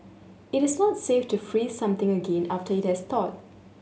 it is not safe to freeze something again after it has thawed